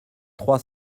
trois